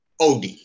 OD